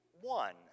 one